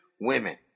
women